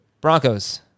Broncos